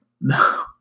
no